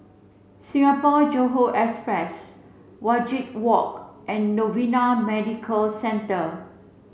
Singapore Johore Express Wajek Walk and Novena Medical Centre